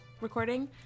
recording